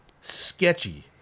sketchy